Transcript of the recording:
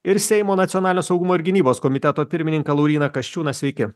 ir seimo nacionalinio saugumo ir gynybos komiteto pirmininką lauryną kasčiūną sveiki